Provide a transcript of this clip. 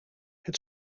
het